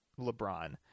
LeBron